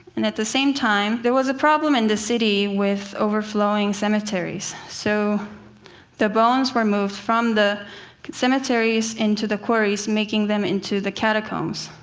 and at the same time, there was a problem in the city with overflowing cemeteries. so the bones were moved from the cemeteries into the quarries, making them into the catacombs.